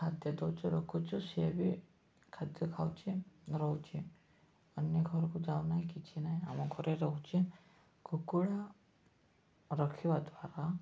ଖାଦ୍ୟ ଦେଉଛୁ ରଖୁଛୁ ସିଏ ବି ଖାଦ୍ୟ ଖାଉଛି ରହୁଛି ଅନ୍ୟ ଘରକୁ ଯାଉନାହିଁ କିଛି ନାହିଁ ଆମ ଘରେ ରହୁଛି କୁକୁଡ଼ା ରଖିବା ଦ୍ୱାରା